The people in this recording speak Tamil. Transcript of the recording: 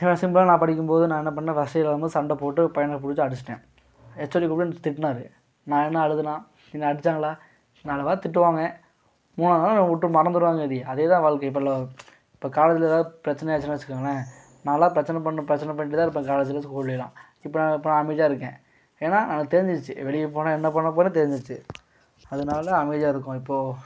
செம்லாம் நான் படிக்கும்போது நான் என்ன பண்ண ஃபஸ்ட் இயர் வரும்போது சண்டை போட்டு ஒரு பையனை பிடிச்சி அடிச்சிட்டேன் ஹெச்ஓடி கூப்பிட்டு என்ன திட்டினாரு நான் என்ன அழுதனா என்ன அடிச்சாங்களா நாலு வார்த்தை திட்டுவாங்க மூணா நாள் அதை விட்டு மறந்துருவாங்க அதேதான் வாழ்க்கையும் இப்போ பார்த்துக்கலாம் காலேஜில் ஏதாவது பிரச்சினையாச்சின் வச்சுக்கோங்களேன் நாலாம் பிரச்சின பண்டு பிரச்சின பண்டு தான் இருப்பேன் காலேஜில் ஸ்கூலெலாம் இப்போ இப்போ நான் அமைதியா இருக்கேன் ஏன்னா எனக்கு தெரிஞ்சிடுச்சி வெளிய போனால் என்ன பண்ண போகிறேன்னு தெரிஞ்சிடுச்சி அதனால் அமைதியாக இருக்கோம் இப்போது